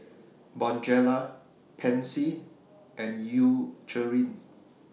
Bonjela Pansy and Eucerin